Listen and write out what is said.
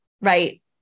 right